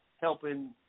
helping